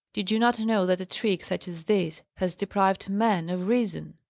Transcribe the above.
did you not know that a trick, such as this, has deprived men of reason?